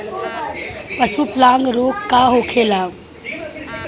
पशु प्लग रोग का होखेला?